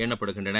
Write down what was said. எண்ணப்படுகின்றன